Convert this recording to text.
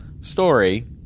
story